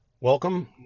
Welcome